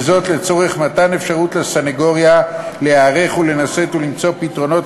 וזאת לצורך מתן אפשרות לסנגוריה להיערך ולנסות ולמצוא פתרונות